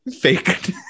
fake